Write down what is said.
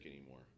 anymore